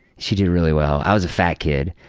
she did really well. i was a fat kid.